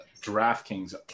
DraftKings